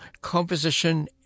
Composition